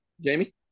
Jamie